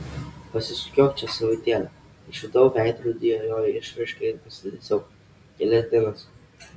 pasisukiok čia savaitėlę išvydau veidrodyje jo išraišką ir pasitaisiau kelias dienas